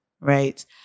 right